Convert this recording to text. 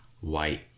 white